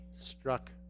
struck